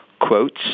quotes